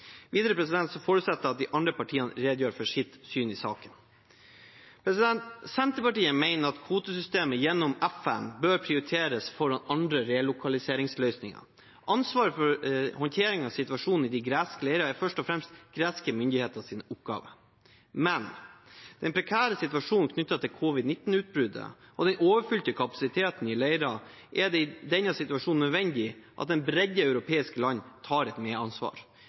forutsetter jeg at de andre partiene redegjør for sitt syn i saken. Senterpartiet mener at kvotesystemet gjennom FN bør prioriteres foran andre relokaliseringsløsninger. Ansvaret for håndteringen av situasjonen i greske leirer er først og fremst greske myndigheters oppgave. Men med den prekære situasjonen knyttet til covid-19-utbruddet og den overfylte kapasiteten i leirene er det i denne situasjonen nødvendig at en bredde av europeiske land tar et